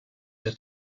der